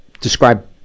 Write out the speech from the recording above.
describe